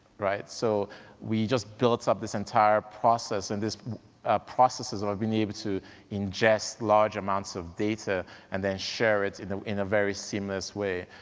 right? so we just built up this entire process, and this process is of of being able to ingest large amounts of data, and then share it in ah in a very seamless way.